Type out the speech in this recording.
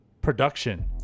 production